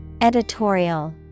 Editorial